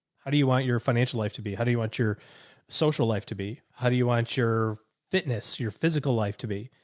how do you want your financial life to be? how do you want your social life to be? how do you want your fitness, your physical life to be,